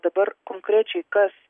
dabar konkrečiai kas